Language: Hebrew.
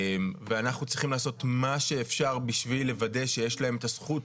ואנחנו צריכים לעשות מה שאפשר בשביל לוודא שיש להם את הזכות